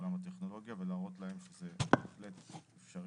עולם הטכנולוגיה ולהראות להן שזה בהחלט אפשרי.